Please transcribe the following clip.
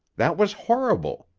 that was horrible.